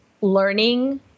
learning